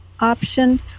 option